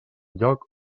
lloc